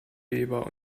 weber